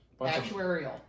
actuarial